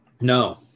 No